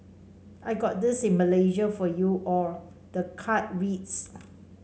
I got this in Malaysia for you all the card reads